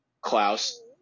Klaus